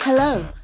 Hello